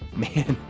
man,